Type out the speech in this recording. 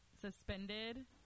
suspended